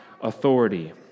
authority